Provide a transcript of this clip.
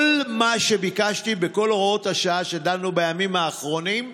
כל מה שביקשתי בכל הוראות השעה שדנו בהן בימים האחרונים,